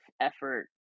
effort